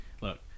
look